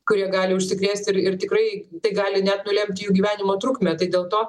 kurie gali užsikrėsti ir ir tikrai tai gali net nulemti jų gyvenimo trukmę tai dėl to